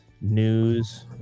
news